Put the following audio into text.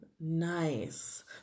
nice